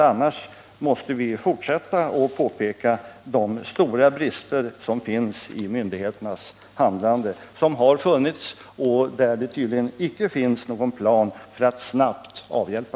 Annars måste vi fortsätta att påpeka de stora brister som finns i myndigheternas handlande — brister som har funnits och som det tydligen icke finns någon plan för att snabbt avhjälpa.